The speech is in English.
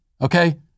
Okay